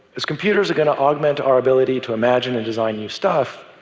as computers are going to augment our ability to imagine and design new stuff,